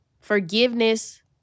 forgiveness